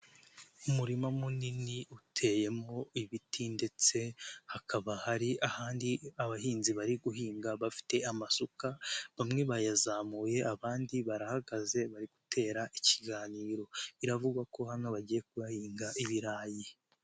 Umurima munini uteyemo ibiti ndetse hakaba hari ahandi abahinzi bari guhinga bafite amasuka, bamwe bayazamuye abandi barahagaze bari gutera ikiganiro. Biravugwa ko hano bagiye kuhahinga ibirayi.